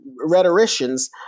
rhetoricians